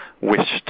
wished